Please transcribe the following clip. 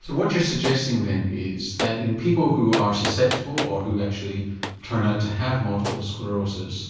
so what you're suggesting then is that in people who are susceptible or who actually turn out to have multiple sclerosis